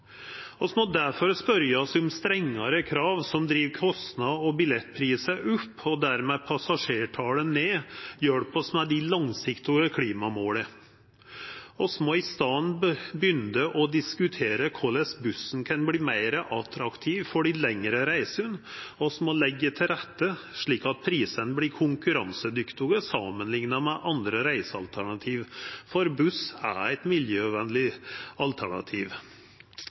oss om strengare krav som driv kostnader og billettprisar opp, og dermed passasjertalet ned, hjelper oss med dei langsiktige klimamåla. Vi må i staden begynna å diskutera korleis bussen kan verta meir attraktiv for dei lengre reisene. Vi må leggja til rette slik at prisane vert konkurransedyktige samanlikna med andre reisealternativ, for buss er eit miljøvenleg alternativ.